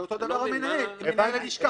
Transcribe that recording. ואותו דבר המנהל, מנהל הלשכה.